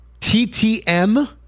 TTM